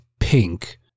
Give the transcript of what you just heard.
pink